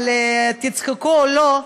אבל תצחקו או לא,